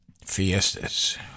Fiestas